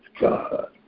God